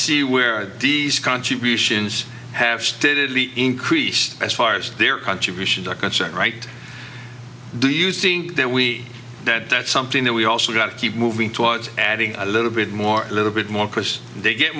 see where these contributions have stated the increase as far as their contributions are concerned right do you think that we that that's something that we also got to keep moving towards adding a little bit more a little bit more question they get